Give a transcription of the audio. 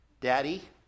Daddy